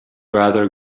rather